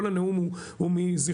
כל הנאום הוא מזיכרוני,